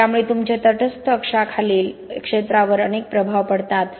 त्यामुळे तुमचे तटस्थ अक्षाखालील क्षेत्रावर अनेक प्रभाव पडतात